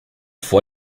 vor